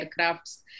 aircrafts